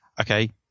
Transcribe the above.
okay